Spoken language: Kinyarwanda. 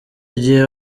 gihe